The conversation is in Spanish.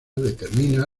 determina